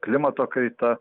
klimato kaita